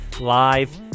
live